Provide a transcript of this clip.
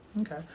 Okay